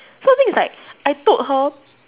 so the thing is like I told her